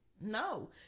No